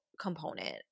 component